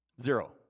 Zero